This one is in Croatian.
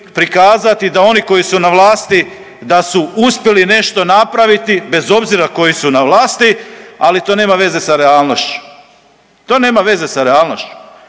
da oni koji su na vlasti da su uspjeli nešto napraviti bez obzira koji su na vlasti, ali to nema veze sa realnošću. To nema veze sa realnošću.